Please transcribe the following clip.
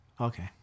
okay